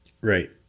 Right